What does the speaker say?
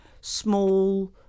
small